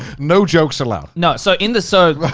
no jokes allowed. no. so in the, so the